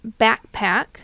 backpack